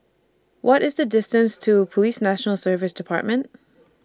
What IS The distance to Police National Service department